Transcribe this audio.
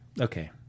Okay